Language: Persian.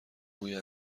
بوی